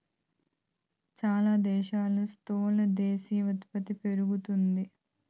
చాలా దేశాల్లో స్థూల దేశీయ ఉత్పత్తి పెరుగుతాది